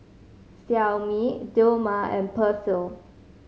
Xiaomi Dilmah and Persil